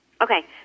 Okay